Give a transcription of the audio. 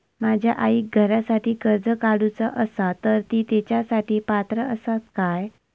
माझ्या आईक घरासाठी कर्ज काढूचा असा तर ती तेच्यासाठी पात्र असात काय?